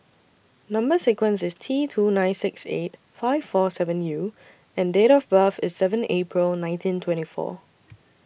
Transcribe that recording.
Number sequence IS T two nine six eight five four seven U and Date of birth IS seven April nineteen twenty four